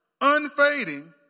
unfading